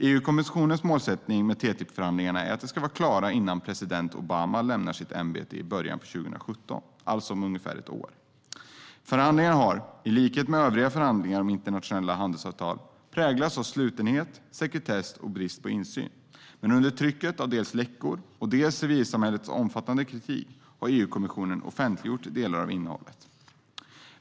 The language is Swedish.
EU-kommissionens målsättning är att TTIP-förhandlingarna ska vara klara innan president Obama lämnar sitt ämbete i början på 2017, alltså om ungefär ett år. Förhandlingarna har, i likhet med övriga förhandlingar om internationella handelsavtal, präglats av slutenhet, sekretess och brist på insyn. Under trycket av dels läckor, dels civilsamhällets omfattande kritik har EU-kommissionen offentliggjort delar av innehållet.